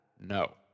No